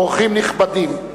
אורחים נכבדים,